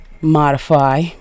modify